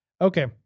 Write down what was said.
Okay